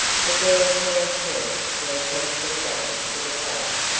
the girls now turned their attention again to the fire.